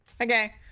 Okay